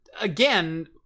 again